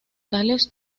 tales